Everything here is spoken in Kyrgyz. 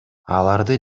аларды